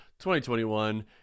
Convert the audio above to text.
2021